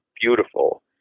beautiful